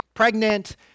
pregnant